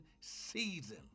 season